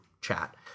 chat